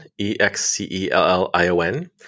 E-X-C-E-L-L-I-O-N